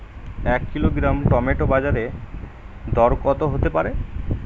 এক kilogram tomato বাজের দরকত হতে পারে?